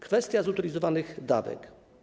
Kwestia zutylizowanych dawek.